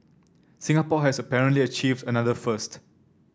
Singapore has apparently achieved another first